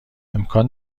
امکان